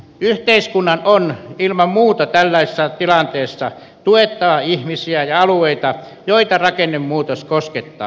yhteiskunnan on ilman muuta tällaisessa tilanteessa tuettava ihmisiä ja alueita joita rakennemuutos koskettaa